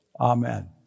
Amen